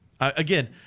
again